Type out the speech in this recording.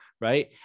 right